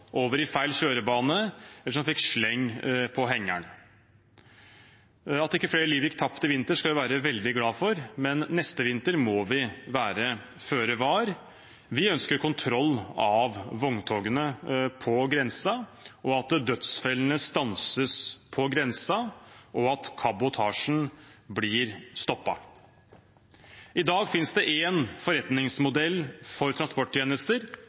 over i feil kjørebane, eller som fikk sleng på hengeren. At ikke flere liv gikk tapt i vinter, skal vi være veldig glad for, men neste vinter må vi være føre var. Vi ønsker kontroll av vogntogene på grensen, at dødsfellene stanses på grensen, og at kabotasjen blir stoppet. I dag finnes det én forretningsmodell for transporttjenester.